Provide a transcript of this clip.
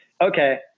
Okay